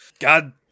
God